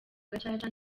gacaca